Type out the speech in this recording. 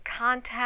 contact